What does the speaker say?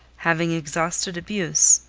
having exhausted abuse,